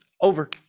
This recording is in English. over